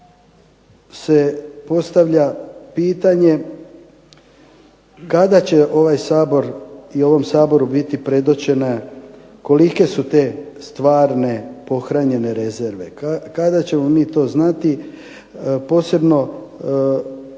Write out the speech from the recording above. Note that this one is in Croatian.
se postavlja pitanje kada će ovaj Sabor i ovom Saboru biti predočene kolike su te stvarne pohranjene rezerve. Kada ćemo mi to znati, posebno govorim